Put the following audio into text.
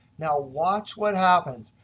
now, watch what happens.